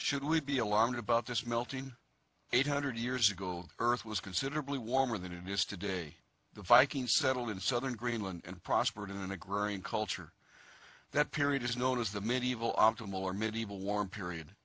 should we be alarmed about this melting eight hundred years ago earth was considerably warmer than it is today the vikings settled in southern greenland and prospered in an agrarian culture that period is known as the medieval optimal or medieval warm period